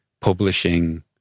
publishing